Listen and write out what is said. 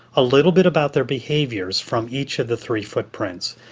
a little bit about their behaviours from each of the three footprints.